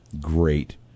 great